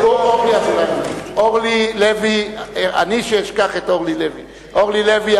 אורלי לוי אבקסיס